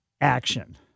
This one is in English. action